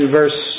verse